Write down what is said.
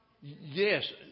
Yes